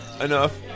enough